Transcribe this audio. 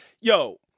Yo